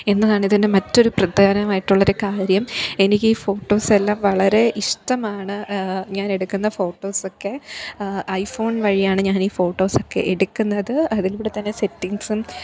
എന്നതാണ് ഇതിൻറെ മറ്റൊരു പ്രത്യേകം ആയിട്ടുള്ളൊരു കാര്യം എനിക്ക് ഈ ഫോട്ടോസെല്ലാം വളരെ ഇഷ്ടമാണ് ഞാനെടുക്കുന്ന ഫോട്ടോസൊക്കെ ഐ ഫോൺ വഴിയാണ് ഞാൻ ഈ ഫോട്ടോസൊക്കെ എടുക്കുന്നത് അതിലൂടെതന്നെ സെറ്റിങ്ങ്സും